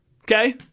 Okay